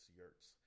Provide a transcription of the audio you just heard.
yurts